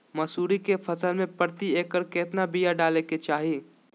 मसूरी के फसल में प्रति एकड़ केतना बिया डाले के चाही?